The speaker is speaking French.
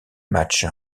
match